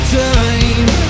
time